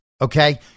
Okay